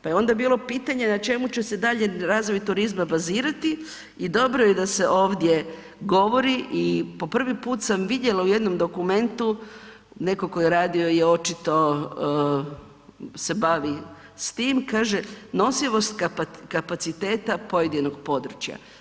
Pa je onda bilo pitanje na čemu se dalje razvoj turizma bazirati i dobro je da se ovdje govori i po prvi put sam vidjela u jednom dokumentu, netko tko je radio je očito, se bavi s tim, kaže nosivost kapaciteta pojedinog područja.